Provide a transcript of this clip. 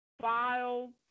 file